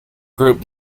group